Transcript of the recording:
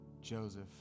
Joseph